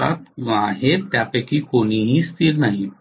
आहेत त्यापैकी कोणीही स्थिर नाही